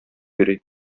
йөри